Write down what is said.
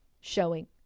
showing